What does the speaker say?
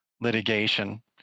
litigation